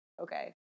Okay